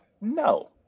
No